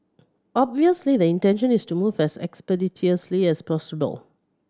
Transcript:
obviously the intention is to move as expeditiously as possible